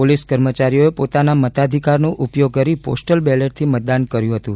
police કર્મચારીઓએ પોતાના મતાધિકારનો ઉપયોગ કરી પોસ્ટલ બેલેટથી મતદાન કર્યું હતું